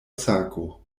sako